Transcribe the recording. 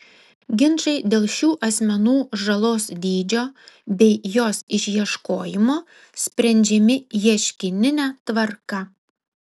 ginčai dėl šių asmenų žalos dydžio bei jos išieškojimo sprendžiami ieškinine tvarka